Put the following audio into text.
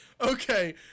Okay